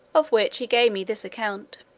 of which he gave me this account